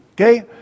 okay